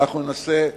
אנחנו ננסה,